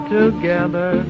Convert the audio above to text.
together